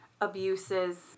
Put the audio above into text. Abuses